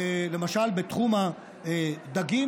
למשל בתחום הדגים,